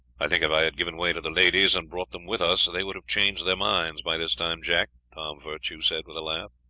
i think if i had given way to the ladies and brought them with us they would have changed their minds by this time, jack, tom virtue said, with a laugh.